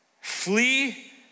Flee